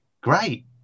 great